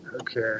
Okay